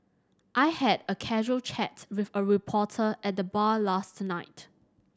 I had a casual chat with a reporter at the bar last night